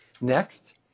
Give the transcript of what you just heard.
Next